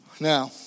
Now